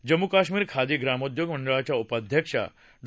जम्मू कश्मीर खादी ग्रामोद्योग मंडळाच्या उपाध्यक्षा डॉ